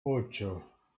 ocho